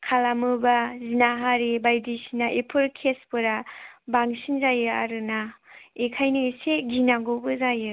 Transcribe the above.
खालामोब्ला जिनाहारि बायदिसिना बेफोर केसफोरा बांसिन जायो आरोना बेनिखायनो एसे गिनांगौबो जायो